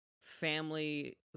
family